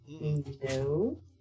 No